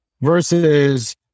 versus